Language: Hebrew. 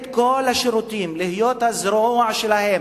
ייתנו את כל השירותים, יהיו הזרוע שלהם.